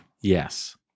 Yes